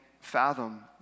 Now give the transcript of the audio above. fathom